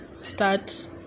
start